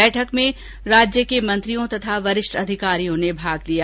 बैठक में राज्य के मंत्रियों तथा वरिष्ठ अधिकारियों ने भाग लिया